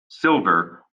silver